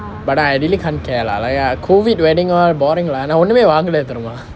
but I really can't care lah like !aiya! COVID wedding all boring lah நான் ஒண்ணுமே வாங்கலை தெரியுமா:naan onnume vaangalai theriyumaa